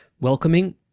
welcoming